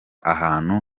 ahantu